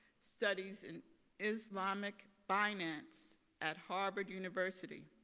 studies in islamic finance at harvard university,